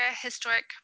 Historic